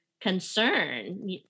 concern